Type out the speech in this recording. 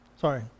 Sorry